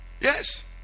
yes